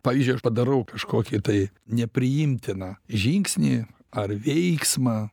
pavyzdžiui aš padarau kažkokį tai nepriimtiną žingsnį ar veiksmą